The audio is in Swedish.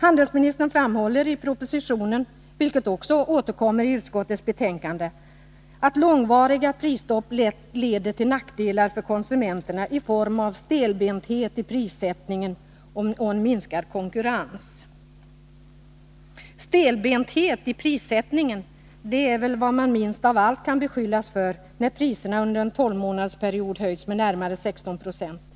Handelsministern framhåller i propositionen, vilket också återkommer i utskottets betänkande, ”att långvariga prisstopp lätt leder till nackdelar för konsumenterna i form av stelbenthet i prissättningen och en minskad konkurrens”. Stelbenthet i prissättningen kan man väl minst av allt beskyllas för, när priserna under en tolvmånadersperiod höjts med närmare 16 96.